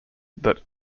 that